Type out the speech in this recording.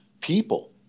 people